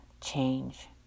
change